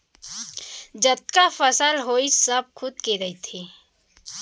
जतका फसल होइस सब खुद के रहिथे